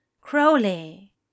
Crowley